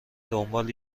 دنبال